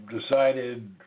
Decided